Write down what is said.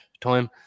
time